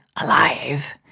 alive